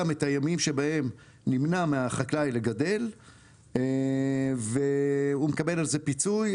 את הימים שבהם נמנע מהחקלאי לגדל והוא מקבל על זה פיצוי,